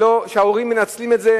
שההורים מנצלים את זה,